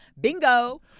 Bingo